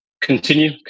continue